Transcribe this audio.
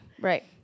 Right